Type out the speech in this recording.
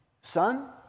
Son